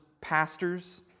pastors